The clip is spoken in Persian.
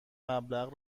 مبلغ